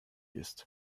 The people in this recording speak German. ist